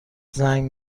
زنگ